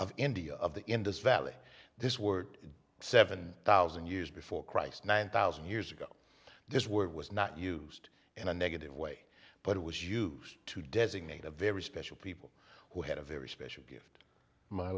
of india of the indus valley this word seven thousand years before christ nine thousand years ago this word was not used in a negative way but it was used to designate a very special people who had a very special gift my